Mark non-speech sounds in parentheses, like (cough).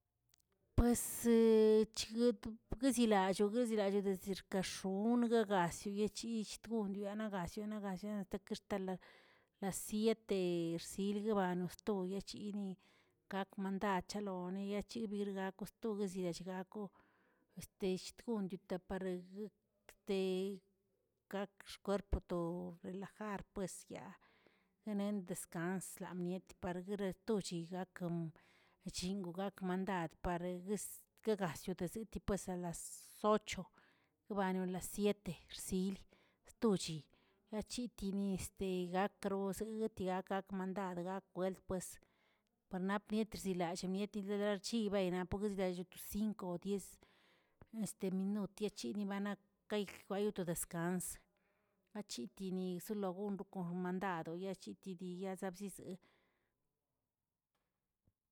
Pues (hesitation) chigatꞌ zigazelalloꞌ zigazelalloo dexkax̱oonega soyechyill tyondeganagallie ganagallieꞌ tekextenla las siete xsil guiban sto yichini gak mandad chalo yacherbiguigak toguelliagakoꞌo este shtogontg yon de taprte gak xkwerpdoꞌ relajar pues yaa, lenen descans lamiet pargueretochigak chinga gak mandad par' gues guegas yosit pues alas ocho, yigbano las siete, xsil stochi la chitini (hesitation) gak rroz gueguetie gak mandad gak welt pues paranaa mientr chzilallꞌ nietil larchi bey naꞌ porgueyll to cinco naꞌ diez este minut tiachini ba nak gay kway to descans, achitini solo goncho kon xmandadoꞌ yachitidi yabza zizee.